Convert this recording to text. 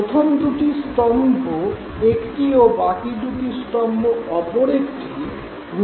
প্রথম দু'টি স্তম্ভ একটি ও বাকি দু'টি স্তম্ভ অপর একটি গ্রুপে অন্তর্ভূক্ত হয়েছে